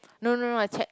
no no no no I check